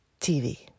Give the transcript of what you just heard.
TV